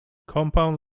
compound